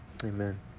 Amen